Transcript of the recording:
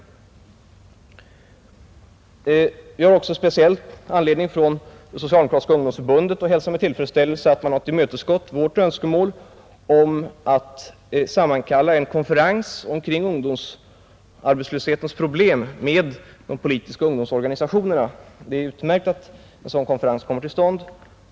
Vi har också speciellt från Socialdemokratiska ungdomsförbundet anledning att hälsa med tillfredsställelse att man även tillmötesgått vårt önskemål om att sammankalla en konferens med de politiska ungdomsorganisationerna kring ungdomsarbetslöshetens problem. Det är utmärkt att en sådan konferens kommer till stånd.